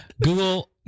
Google